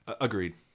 Agreed